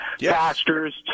pastors